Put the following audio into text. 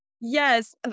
Yes